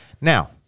now